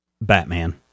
Batman